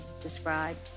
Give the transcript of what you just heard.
described